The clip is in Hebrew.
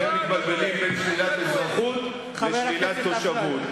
אתם מתבלבלים בין שלילת אזרחות לשלילת תושבות.